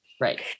Right